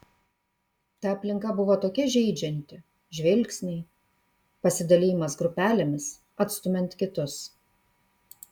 ta aplinka buvo tokia žeidžianti žvilgsniai pasidalijimas grupelėmis atstumiant kitus